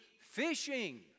fishing